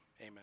amen